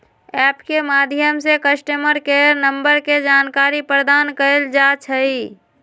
app के माध्यम से कस्टमर केयर नंबर के जानकारी प्रदान कएल जाइ छइ